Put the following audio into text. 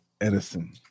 Edison